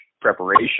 preparation